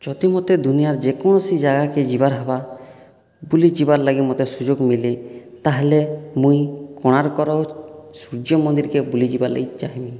ଯଦି ମୋତେ ଦୁନିଆର ଯେକୌଣସି ଜାଗାକୁ ଯିବାର ହେବ ବୁଲିଯିବାର ଲାଗି ମୋତେ ସୁଯୋଗ ମିଳେ ତା'ହେଲେ ମୁଁ କୋଣାର୍କର ସୁର୍ଯ୍ୟ ମନ୍ଦିରକେ ବୁଲିଯିବାର ଲାଗି ଚାହିଁବି